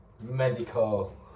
medical